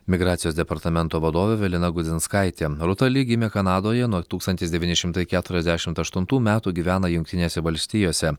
migracijos departamento vadovė evelina gudzinskaitė rūta li gimė kanadoje nuo tūkstantis devyni šimtai keturiasdešimt aštuntų metų gyvena jungtinėse valstijose